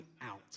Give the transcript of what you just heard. out